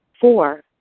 Four